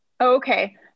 Okay